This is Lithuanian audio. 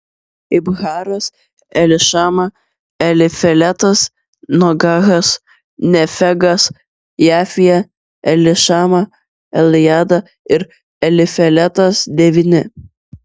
ibharas elišama elifeletas nogahas nefegas jafija elišama eljada ir elifeletas devyni